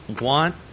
want